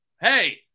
hey